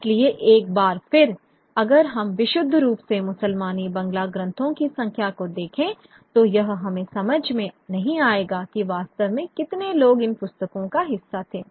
इसलिए एक बार फिर अगर हम विशुद्ध रूप से मुसलमनी बांग्ला ग्रंथों की संख्या को देखें तो यह हमें समझ में नहीं आएगा कि वास्तव में कितने लोग इन पुस्तकों का हिस्सा थे